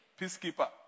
peacekeeper